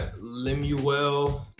Lemuel